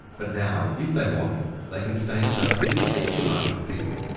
but now if they want they can stay in touch with this extra bunch of people.